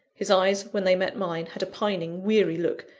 his eyes, when they met mine, had a pining, weary look,